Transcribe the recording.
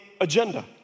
agenda